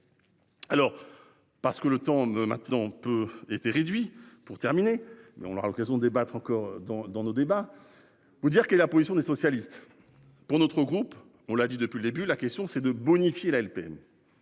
Alors. Parce que le temps maintenant on peut et s'est réduit pour terminer mais on aura l'occasion de débattre encore dans, dans nos débats. Vous dire que la position des socialistes. Pour notre groupe, on l'a dit depuis le début, la question c'est de bonifier la LPM.